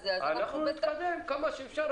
נתקדם כמה שאפשר.